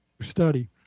study